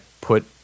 put